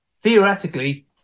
theoretically